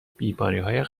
بیماریهای